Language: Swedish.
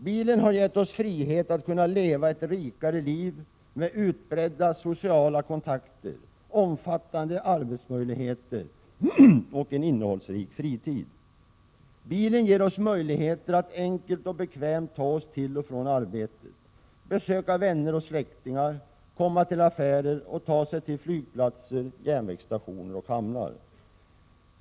Bilen har gett oss frihet att kunna leva ett rikare liv med utbredda sociala kontakter med omfattande arbetsmöjligheter och en innehållsrik fritid. Bilen ger oss möjligheter att enkelt och bekvämt ta oss till och från arbetet, besöka vänner och släktingar, komma till affärer och ta oss till flygplatser, järnvägsstationer och hamnar.